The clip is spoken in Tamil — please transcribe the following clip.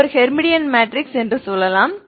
ஒரு ஹெர்மிடியன் மேட்ரிக்ஸ் என்று சொல்லலாம்